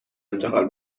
انتقال